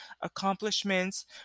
accomplishments